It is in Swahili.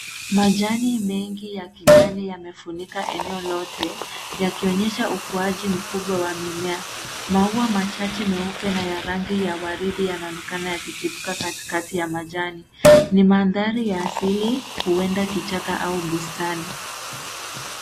Majani mengi ya kijani yamefunika eneo lote yakionyesha ukuaji mkubwa wa mimea. Maua machache meupe na ya rangi ya waridi yanaonekana yakichipuka katikati ya majani. Ni mandhari ya asili huenda kichaka au bustani.